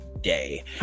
day